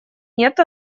нет